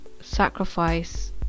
sacrifice